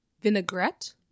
Vinaigrette